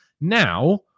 Now